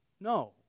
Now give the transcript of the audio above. No